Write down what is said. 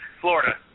Florida